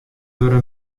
wurde